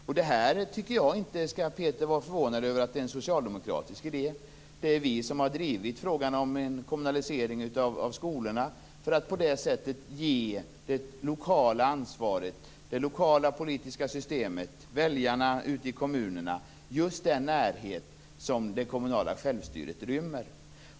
Jag tycker inte att Peter Eriksson behöver vara förvånad över att det här är en socialdemokratisk idé. Det är vi som har drivit frågan om kommunalisering av skolan för att på så sätt ge det lokala ansvaret, det lokala politiska systemet och väljarna ute i kommunerna just den närhet som det kommunala självstyret rymmer.